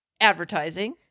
advertising